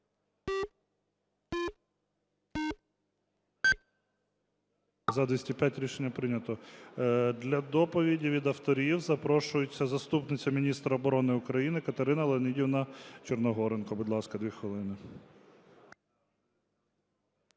За-205 Рішення прийнято. Для доповіді від авторів запрошується заступниця міністра оборони України Катерина Леонідівна Черногоренко. Будь ласка, 2 хвилини.